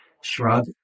shrug